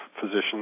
physicians